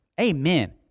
Amen